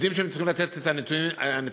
הם יודעים שהם צריכים לתת את הנתונים האמיתיים,